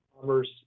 Commerce